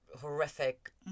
horrific